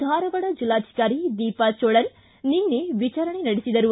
ಧಾರವಾಡ ಜಿಲ್ಲಾಧಿಕಾರಿ ದೀಪಾ ಜೋಳನ್ ನಿನ್ನೆ ವಿಚಾರಣೆ ನಡೆಸಿದರು